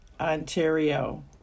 Ontario